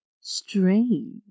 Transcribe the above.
strange